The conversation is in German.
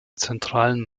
zentralen